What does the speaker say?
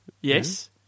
yes